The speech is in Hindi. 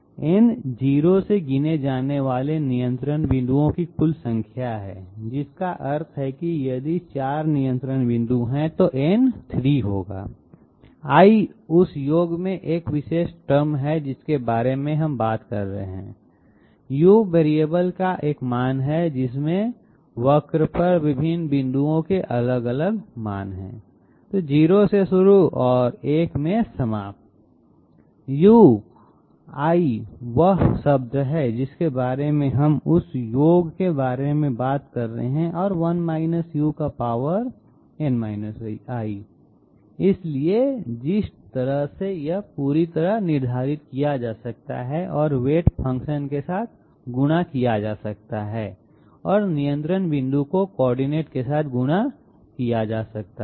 n 0 से गिने जाने वाले नियंत्रण बिंदुओं की कुल संख्या है जिसका अर्थ है कि यदि 4 नियंत्रण बिंदु हैं तो n 3 होगा i उस योग में वह विशेष टर्म है जिसके बारे में हम बात कर रहे हैं u वेरिएबल के मान है इसमें वक्र पर विभिन्न बिंदुओं के अलग अलग मान हैं 0 से शुरू और 1 में समाप्त ui I वह विशेष शब्द है जिसके बारे में हम उस योग में बारे में बात कर रहे हैं और 1 - un i इसलिए जिस तरह से यह पूरी तरह से निर्धारित किया जा सकता है और वेट फंक्शन के साथ गुणा किया जा सकता है और नियंत्रण बिंदु कोऑर्डिनेट के साथ गुणा किया जा सकता है